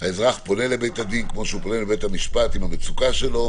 "האזרח הפונה לבית הדין כמו" שהוא פונה לבית המשפט עם המצוקה שלו,